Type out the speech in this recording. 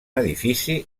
edifici